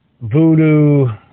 voodoo